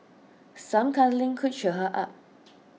some cuddling could cheer her up